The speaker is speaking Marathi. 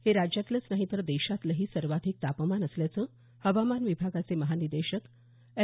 हे राज्यातलंच नाही तर देशातलंही सर्वाधिक तापमान असल्याचं हवामान विभागाचे महानिदेशक एम